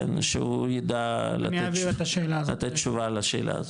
כן, שהוא יידע לתת תשובה לשאלה הזאת.